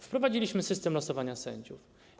Wprowadziliśmy system losowania sędziów.